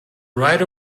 right